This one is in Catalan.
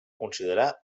considerar